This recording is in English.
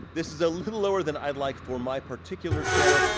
this is a little lower than i'd like for my particular channel.